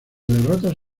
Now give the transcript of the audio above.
derrotas